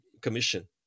commission